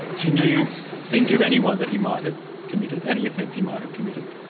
can you think of anyone that he might have committed, any offence he might have committed?